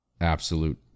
absolute